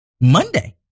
Monday